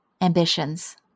ambitions